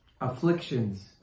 Afflictions